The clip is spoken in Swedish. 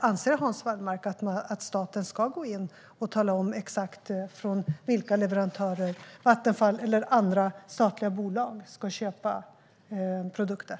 Anser Hans Wallmark att staten ska gå in och tala om exakt från vilka leverantörer Vattenfall eller andra statliga bolag ska köpa produkter?